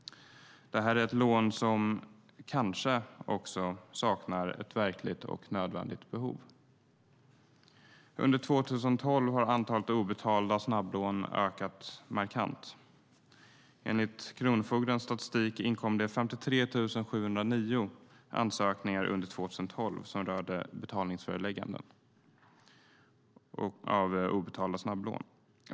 Det är ett lån där det kanske också saknas ett verkligt och nödvändigt behov. Under 2012 har antalet obetalda snabblån ökat markant. Enligt Kronofogdemyndighetens statistik inkom det 53 709 ansökningar under 2012 om betalningsförelägganden för obetalda snabblån.